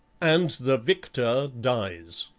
and the victor dies.